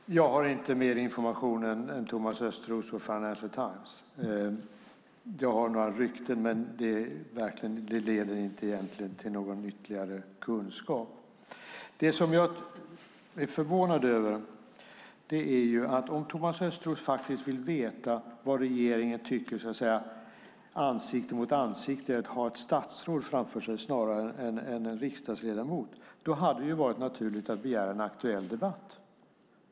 Herr talman! Jag har inte mer information än Thomas Östros och Financial Times. Jag har några rykten, men de leder egentligen inte till någon ytterligare kunskap. Jag är lite förvånad. Om Thomas Östros faktiskt vill veta vad regeringen tycker ansikte mot ansikte, så att säga, och ha ett statsråd framför sig snarare än en riksdagsledamot, då hade det varit naturligt att begära en aktuell debatt.